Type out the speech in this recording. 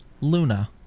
Luna